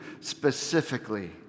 specifically